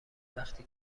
وقتی